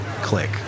click